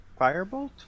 Firebolt